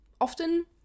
often